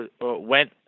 went